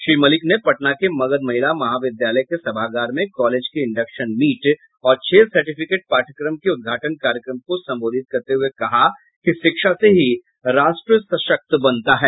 श्री मलिक ने पटना के मगध महिला महाविद्यालय के सभागार में कॉलेज के इंडक्शन मीट औरं छः सर्टिफिकेट पाठ्यक्रम के उद्घाटन कार्यक्रम को संबोधित करते हुए कहा कि शिक्षा से ही राष्ट्र सशक्त बनता है